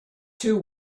two